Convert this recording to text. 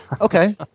Okay